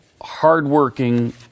hardworking